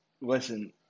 listen